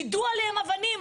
יידו עליהם אבנים,